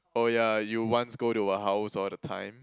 oh yeah you once go to her house all the time